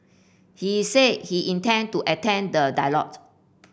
he said he intend to attend the dialogue